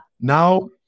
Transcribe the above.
Now